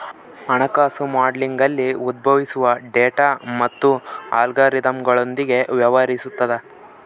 ಹಣಕಾಸು ಮಾಡೆಲಿಂಗ್ನಲ್ಲಿ ಉದ್ಭವಿಸುವ ಡೇಟಾ ಮತ್ತು ಅಲ್ಗಾರಿದಮ್ಗಳೊಂದಿಗೆ ವ್ಯವಹರಿಸುತದ